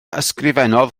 ysgrifennodd